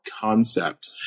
concept